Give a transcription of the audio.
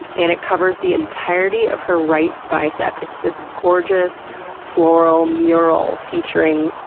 and it covers the entirety of her right bicep. it's this gorgeous floral mural featuring,